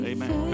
Amen